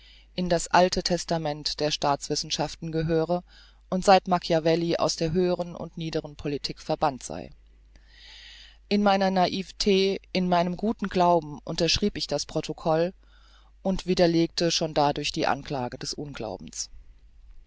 in das alte testament der staatswissenschaften gehöre und seit macchiavell aus der höhern und niedern politik verbannt sei in meiner naivetät in meinem guten glauben unterschrieb ich das protokoll und widerlegte schon dadurch die anklage des unglaubens